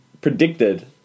predicted